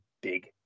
big